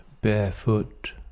barefoot